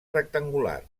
rectangular